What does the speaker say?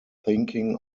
thinking